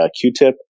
Q-tip